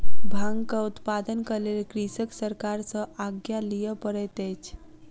भांगक उत्पादनक लेल कृषक सरकार सॅ आज्ञा लिअ पड़ैत अछि